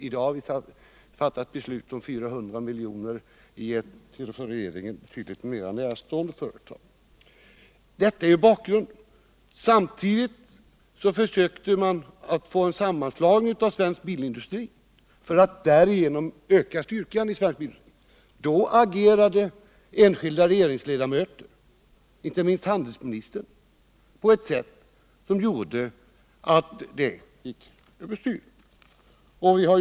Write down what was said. I dag har riksdagen fattat beslut om 400 milj.kr. till ett regeringen tydligen mer närstående företag. Detta är bakgrunden. Samtidigt försökte man åstadkomma en sammanslagning av svensk bilindustri för att därigenom öka dess styrka. Då agerade enskilda regeringsledamöter, inte minst handelsministern, på ett sätt som gjorde att den tanken gick över styr.